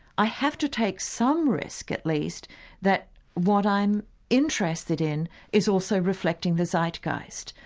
i have to take some risk at least that what i'm interested in is also reflecting the zeitgeist.